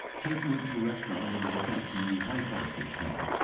kate moved her restaurant into the fancy new whitehorse hotel.